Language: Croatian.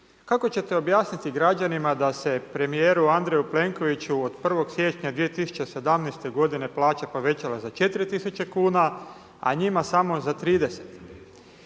Kako ćete objasniti građanima da se premjeru Andreju Plenkoviću, od 1. siječnja 2017. g. plaća povećala za 4000 kn, a njima samo za 30.